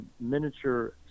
miniature